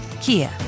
Kia